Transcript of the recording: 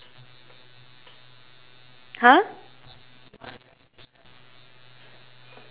!huh!